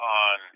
on